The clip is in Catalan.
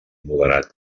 moderat